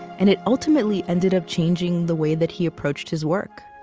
and it ultimately ended up changing the way that he approached his work